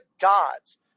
gods